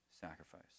sacrifice